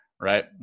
Right